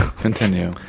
Continue